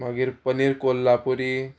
मागीर पनीर कोल्हापुरी